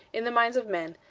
in the minds of men,